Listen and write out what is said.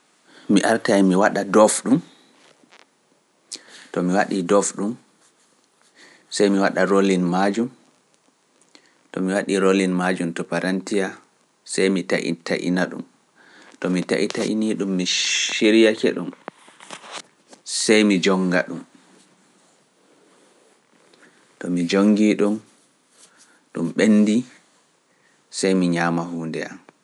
Mi artae mi waɗa doof ɗum, to mi waɗii doof ɗum, sey mi waɗa rolin majum, to mi waɗii rolin majum to parantiya, sey mi taƴi taƴina ɗum, to mi taƴi taƴini ɗum, mi siryake ɗum, sey mi jonnga ɗum, to mi jonngii ɗum, ɗum ɓendi, sey mi ñaama huunde am.